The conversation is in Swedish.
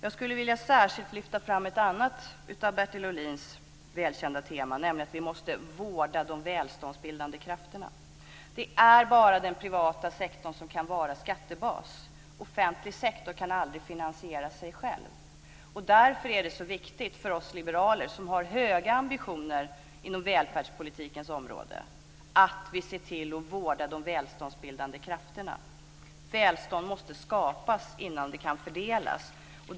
Jag skulle särskilt vilja lyfta fram ett annat av Bertil Ohlins välkända teman, nämligen att vi måste vårda de välståndsbildande krafterna. Det är bara den privata sektorn som kan vara skattebas. Offentlig sektor kan aldrig finansiera sig själv. Därför är det så viktigt för oss liberaler, som har höga ambitioner inom välfärdspolitikens område, att se till att vårda de välståndsbildande krafterna. Välstånd måste skapas innan det kan fördelas.